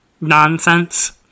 nonsense